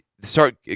start